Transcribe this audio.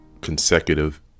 consecutive